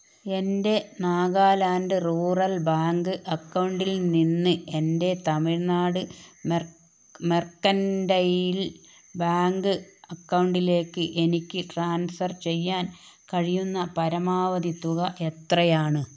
എൻ്റെ Nagaland rural bank അക്കൗണ്ടിൽ നിന്ന് എൻ്റെ തമിഴ്നാട് മെർ മെർക്കന്റൈൽ ബാങ്ക് അക്കൗണ്ടിലേക്ക് എനിക്ക് ട്രാൻസ്ഫർ ചെയ്യാൻ കഴിയുന്ന പരമാവധി തുക എത്രയാണ്